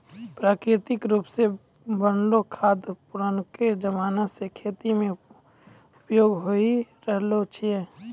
प्राकृतिक रुपो से बनलो खाद पुरानाके जमाना से खेती मे उपयोग होय रहलो छै